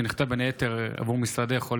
שנכתב בין היתר עבור משרדך,